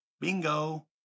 Bingo